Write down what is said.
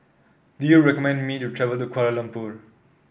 do you recommend me to travel to the Kuala Lumpur